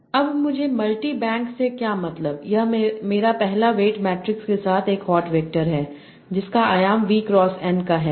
अब मुझे multi bank से क्या मतलबयह मेरा पहला वेट मैट्रिक्स के साथ एक हॉट वैक्टर है जिसका आयाम V क्रॉस N का है